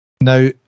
Now